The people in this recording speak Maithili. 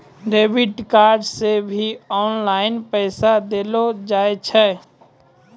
डेबिट कार्ड से भी ऑनलाइन पैसा देलो जाय छै